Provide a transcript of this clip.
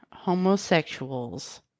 Homosexuals